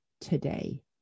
today